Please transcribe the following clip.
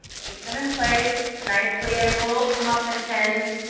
keep them in place nicely in little muffin tins,